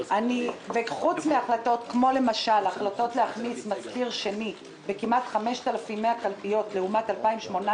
להחלטה להכניס מזכיר שני בכמעט 5,100 קלפיות לעומת 2,800